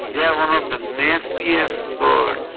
yeah one one of the nastiest birds